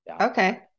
okay